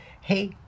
hey